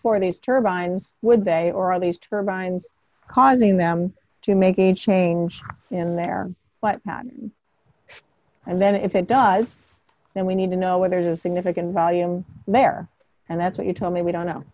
for these turbines would they or are these turbines causing them to make a change in their what and then if it does then we need to know whether there's significant volume there and that's what you told me we don't know